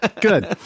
Good